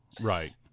Right